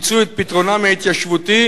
ימצאו את פתרונם ההתיישבותי,